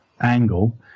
angle